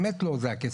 באמת לא הכסף,